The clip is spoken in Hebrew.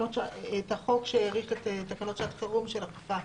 את החוק שהאריך את תקנות שעת חירום של האכיפה.